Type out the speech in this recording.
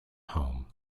home